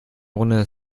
runde